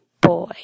boy